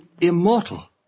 immortal